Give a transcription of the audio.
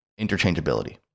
Interchangeability